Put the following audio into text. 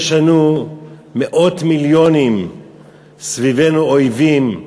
יש לנו מאות מיליונים סביבנו, אויבים,